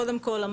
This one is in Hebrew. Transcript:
קודם כול,